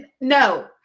No